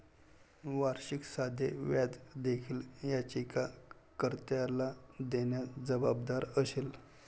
वार्षिक साधे व्याज देखील याचिका कर्त्याला देण्यास जबाबदार असेल